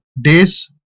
days